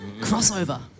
Crossover